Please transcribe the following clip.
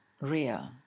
real